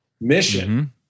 mission